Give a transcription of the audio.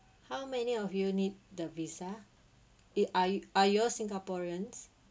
how many of you need the visa eh are are you all singaporeans